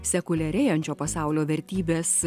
sekuliarėjančio pasaulio vertybes